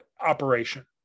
operation